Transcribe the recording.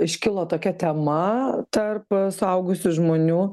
iškilo tokia tema tarp suaugusių žmonių